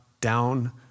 down